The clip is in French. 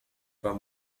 pas